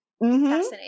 Fascinating